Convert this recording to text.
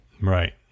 Right